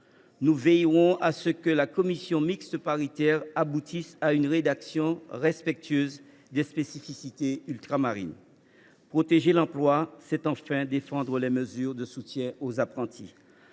Nous veillerons à ce que la commission mixte paritaire aboutisse à une rédaction respectueuse des spécificités ultramarines. Protéger l’emploi, c’est enfin défendre les mesures de soutien aux apprentis.